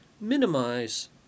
minimize